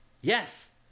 Yes